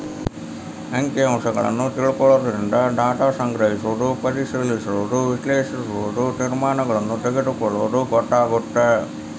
ಅಂಕಿ ಅಂಶಗಳನ್ನ ತಿಳ್ಕೊಳ್ಳೊದರಿಂದ ಡಾಟಾ ಸಂಗ್ರಹಿಸೋದು ಪರಿಶಿಲಿಸೋದ ವಿಶ್ಲೇಷಿಸೋದು ತೇರ್ಮಾನಗಳನ್ನ ತೆಗೊಳ್ಳೋದು ಗೊತ್ತಾಗತ್ತ